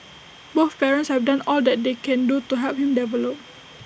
both parents have done all that they can do to help him develop